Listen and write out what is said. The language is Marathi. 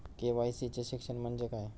के.वाय.सी चे शिक्षण म्हणजे काय?